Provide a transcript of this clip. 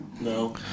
No